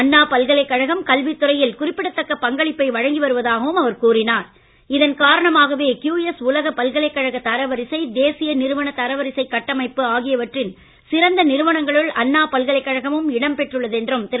அண்ணா பல்கலைக்கழகம் கல்வித்துறையில் குறிப்பிடத்தக்க பங்களிப்பை வழங்கி வருவதாகவும் அவர் கூறினார்இதன் காரணமாகவே கியூஎஸ் உலக பல்கலைக்கழக தரவரிசை தேசிய நிறுவன தரவரிசை கட்டமைப்பு ஆகியவற்றின் சிறந்த என்ஐஆர்ஃஎப் நிறுவனங்களுள்அண்ணா பல்கலைக்கழகமும் இடம்பெற்றுள்ளது என்றும் திரு